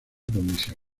condición